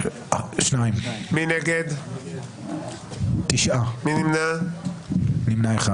3 נגד, 9 נמנעים, אין לא אושרה.